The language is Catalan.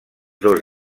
dos